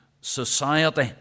society